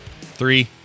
Three